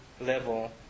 level